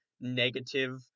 negative